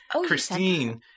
Christine